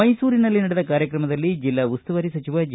ಮೈಸೂರಿನಲ್ಲಿ ನಡೆದ ಕಾರ್ಯಕ್ರಮದಲ್ಲಿ ಜಿಲ್ಲಾ ಉಸ್ತುವಾರಿ ಸಚಿವ ಜಿ